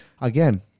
again